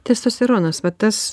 testosteronas va tas